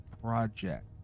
project